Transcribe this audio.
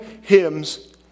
hymns